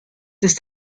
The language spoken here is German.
ist